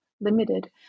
limited